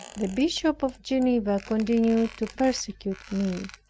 the bishop of geneva continued to persecute me.